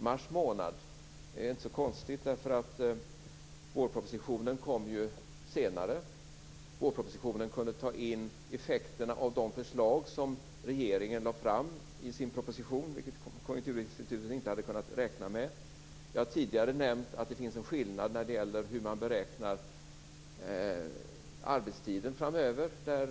mars månad är inte så konstigt. Vårpropositionen kom ju senare och kunde ta in effekterna av de förslag som regeringen redan lagt fram i sin proposition, vilket Konjunkturinstitutet inte hade kunnat räkna med. Jag har tidigare nämnt att det finns en skillnad när det gäller sättet att beräkna arbetstiden framöver.